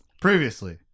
Previously